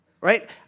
Right